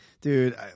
Dude